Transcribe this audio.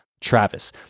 Travis